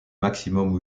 maximum